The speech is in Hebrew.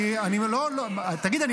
תגיד,